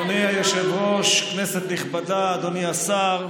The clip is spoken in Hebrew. אדוני היושב-ראש, כנסת נכבדה, אדוני השר,